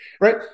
right